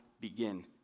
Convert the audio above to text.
begin